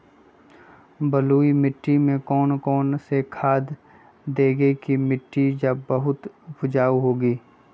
बलुई मिट्टी में कौन कौन से खाद देगें की मिट्टी ज्यादा उपजाऊ होगी?